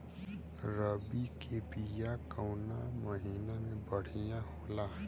रबी के बिया कवना महीना मे बढ़ियां होला?